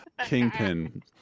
Kingpin